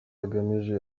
bagamije